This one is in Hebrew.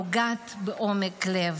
והיא נוגעת בעומק לב.